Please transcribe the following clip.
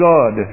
God